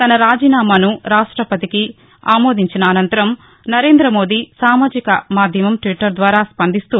తన రాజీనామాను రాష్టపతి ఆమోదించిన అనంతరం నరేంద్రమోదీ సామాజిక మద్యమం ట్విట్లర్ ద్వారా స్పందిస్తూ